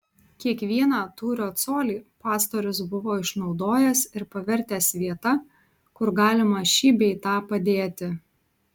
kiekvieną tūrio colį pastorius buvo išnaudojęs ir pavertęs vieta kur galima šį bei tą padėti